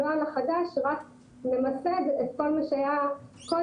הנוהל החדש רק הוא לממסד את כל מה שהיה קודם,